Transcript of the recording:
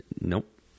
Nope